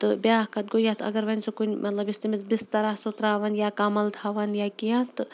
تہٕ بیٛاکھ کَتھ گوٚو یتھ اگر وۄنۍ سُہ کُنہِ مطلب یُس تٔمِس بِستر آسو ترٛاوان یا کَمَل تھَوان یا کینٛہہ تہٕ